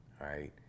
right